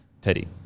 Teddy